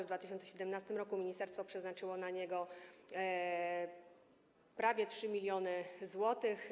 W 2017 r. ministerstwo przeznaczyło na niego prawie 3 mln zł.